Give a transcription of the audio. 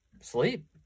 sleep